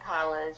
college